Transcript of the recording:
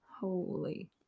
Holy